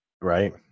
Right